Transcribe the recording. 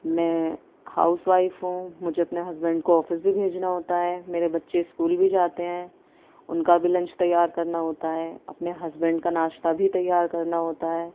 میں housewife ہوں مجھے اپنے ہسبینڈ کو آفس بھی بھیجنا ہوتا ہے میرے بچے اسکول بھی جاتے ہیں ان کا بھی لنچ تیار کرنا ہوتا ہے اپنے ہسبینڈ کا ناشتہ بھی تیار کرنا ہوتا ہے